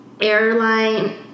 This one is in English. airline